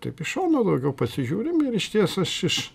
taip iš šono daugiau pasižiūrim ir išties aš iš